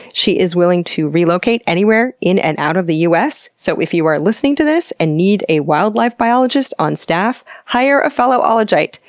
she is willing to relocate anywhere in and out of the us, so if you are listening to this and need a wildlife biologist on staff, hire a fellow ah ologite!